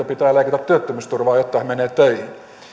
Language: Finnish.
pitää leikata työttömyysturvaa jotta hän menee töihin